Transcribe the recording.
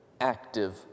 active